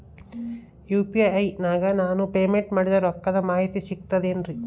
UPI ನಾಗ ನಾನು payment ಮಾಡಿದ ರೊಕ್ಕದ ಮಾಹಿತಿ ಸಿಕ್ತದೆ ಏನ್ರಿ?